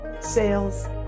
sales